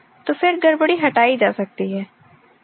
तो फिर गड़बड़ी हटाई जा सकतीहै